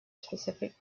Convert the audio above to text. specific